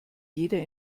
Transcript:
jeder